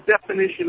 definition